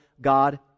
God